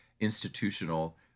institutional